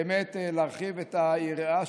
באמת להרחיב את היריעה.